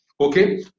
Okay